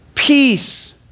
Peace